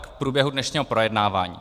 A k průběhu dnešního projednávání.